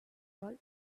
all